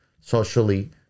socially